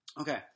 Okay